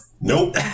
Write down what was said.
Nope